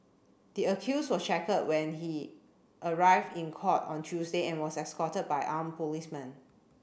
the accused was shackled when he arrived in court on Tuesday and was escorted by armed policemen